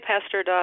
Pastor